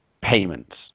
payments